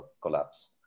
collapse